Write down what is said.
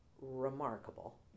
remarkable